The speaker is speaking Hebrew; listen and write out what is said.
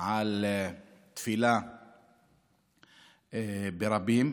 על תפילה ברבים.